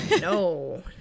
No